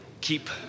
keep